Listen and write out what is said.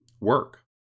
work